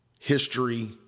History